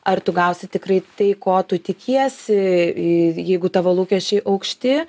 ar tu gausi tikrai tai ko tu tikiesi jeigu tavo lūkesčiai aukšti